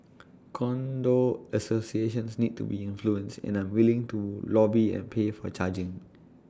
condo associations need to be influenced and I'm willing to lobby and pay for charging